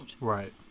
Right